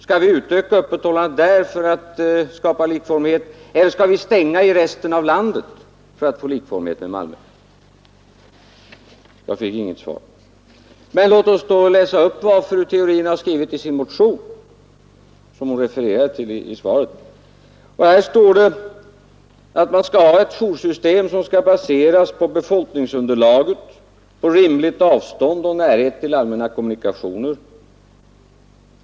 Skall vi utöka öppethållandet där för att skapa likformighet, eller skall vi stänga i resten av landet för att få likformighet med Malmö? Jag fick inget svar. Låt oss då läsa upp vad fru Theorin har skrivit i sin motion som hon refererade till i svaret. Här står det att man skall ha ett joursystem som skall baseras på befolkningsunderlaget och rimligt avstånd och närhet till allmänna kommunikationer.